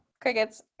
Crickets